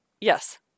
Yes